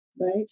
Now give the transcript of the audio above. right